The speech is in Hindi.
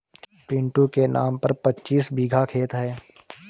पिंटू के नाम पर पच्चीस बीघा खेत है